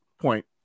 point